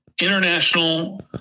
International